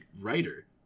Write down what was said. writer